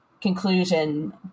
conclusion